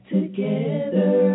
Together